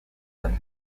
than